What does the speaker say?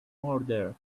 order